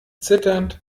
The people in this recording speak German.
zitternd